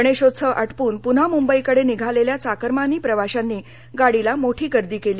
गणेशोत्सव आटोपून पुन्हा मुंबईकडे निघालेल्या चाकरमानी प्रवाशांनी गाडीला मोठी गर्दी केली